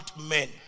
men